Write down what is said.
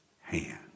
hand